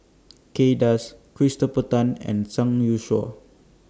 Kay Das Christopher Tan and Zhang Youshuo